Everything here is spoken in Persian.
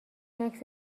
عکس